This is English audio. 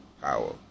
power